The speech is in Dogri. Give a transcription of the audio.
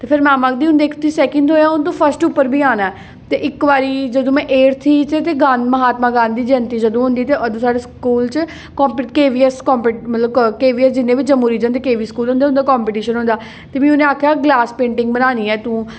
ते फिर मैम आखदी हून दिक्ख तुगी सैकंड थ्होआ हून तूं फस्ट उप्पर बी आना ऐ ते इक बारी जदूं में एठ्थ ही महात्मां गांधी जयंती जदूं होंदी ते अदूं साढ़ें स्कूल च के बी ऐस कंपी मतलब के बी ऐस जिन्ने बी जम्मू रिजन दे के बी स्कूल होंदे उं'दे कम्पीटिशन होंदा ते फ्ही उ'नें आखेआ गलास पेंटिंंग बनानी ऐ तूं